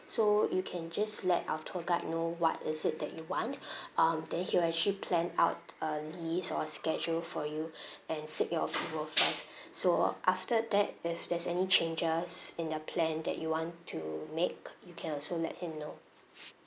so you can just let our tour guide know what is it that you want um then he will actually plan out a list or a schedule for you and seek your approval first so after that if there's any changes in the plan that you want to make you can also let him know